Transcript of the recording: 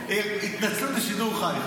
התנצלות בשידור חי.